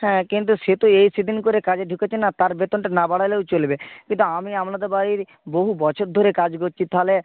হ্যাঁ কিন্তু সে তো এই সে দিন করে কাজে ঢুকেছে না তার বেতনটা না বাড়ালেও চলবে কিন্তু আমি আপনাদের বাড়ির বহু বছর ধরে কাজ করছি তাহলে